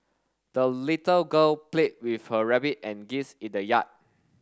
the little girl played with her rabbit and geese in the yard